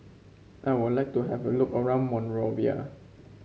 I would like to have a look around Monrovia